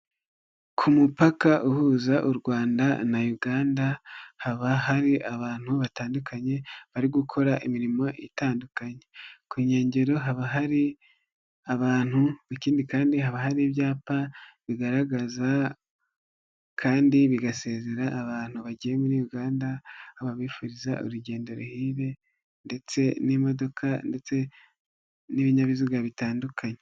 Ku mupaka uhuza u Rwanda na Uganda haba hari abantu batandukanye bari gukora imirimo itandukanye, ku nkengero haba hari abantu ikindi kandi haba hari ibyapa bigaragaza kandi bigaserera abantu bagiye muri Uganda babifuriza urugendo ruhire ndetse n'imodoka ndetse n'ibinyabiziga bitandukanye.